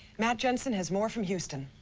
matt jensen has more from houston.